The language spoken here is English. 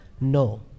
No